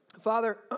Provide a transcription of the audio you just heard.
Father